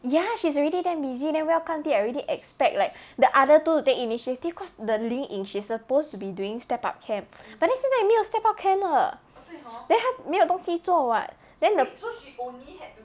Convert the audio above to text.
ya she's already damn busy then welcome tea I already expect like the other two to take initiative because the lin ying she supposed to be doing step up camp but then 现在没有 step up camp 了 then 她没有东西做 what then the